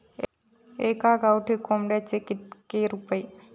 एका गावठी कोंबड्याचे कितके रुपये?